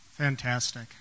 Fantastic